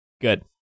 good